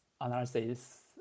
analysis